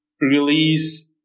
release